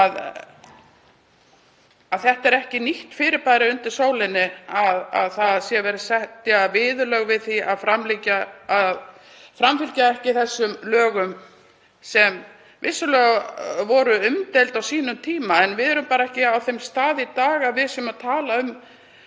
að það er ekki nýtt fyrirbæri undir sólinni að það sé verið að setja viðurlög við því að framfylgja ekki þessum lögum. Þau voru vissulega umdeild á sínum tíma. En við erum ekki á þeim stað í dag að við séum að tala um